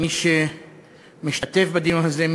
הם מי שמשתתפים בדיון הזה,